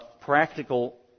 practical